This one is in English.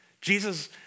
Jesus